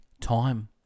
time